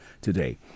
today